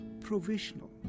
provisional